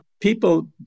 people